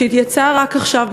שיצא רק עכשיו,